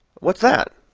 what's that?